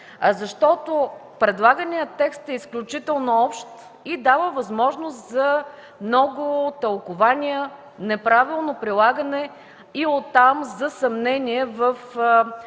палата. Предлаганият текст е изключително общ и дава възможност за много тълкувания, неправилно прилагане и оттам за съмнение в обективността